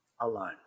alone